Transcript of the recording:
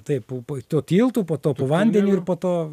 taip po po tuo tiltu po to po vandeniu ir po to